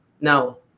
No